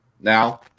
Now